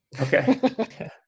Okay